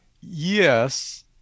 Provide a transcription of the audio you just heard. Yes